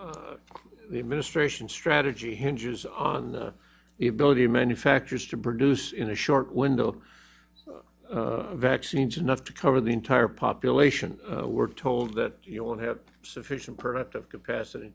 pandemic the administration strategy hinges on the ability of manufacturers to produce in a short window of vaccines enough to cover the entire population we're told that you will have sufficient productive capacity